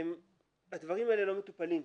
הדברים האלה לא מטופלים,